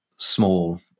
Small